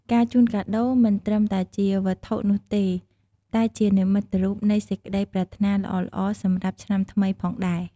ការជូនកាដូរមិនត្រឹមតែជាវត្ថុនោះទេ តែជានិមិត្តរូបនៃសេចក្តីប្រាថ្នាល្អៗសម្រាប់ឆ្នាំថ្មីផងដែរ។